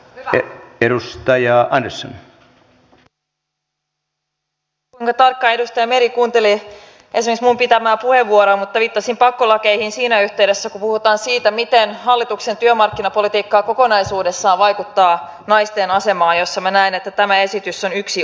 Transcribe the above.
en tiedä kuinka tarkkaan edustaja meri kuunteli esimerkiksi minun käyttämääni puheenvuoroa mutta viittasin pakkolakeihin siinä yhteydessä kun puhutaan siitä miten hallituksen työmarkkinapolitiikka kokonaisuudessaan vaikuttaa naisten asemaan ja minä näen että tämä esitys on yksi osa sitä